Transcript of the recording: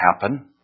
happen